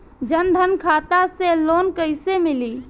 जन धन खाता से लोन कैसे मिली?